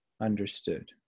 understood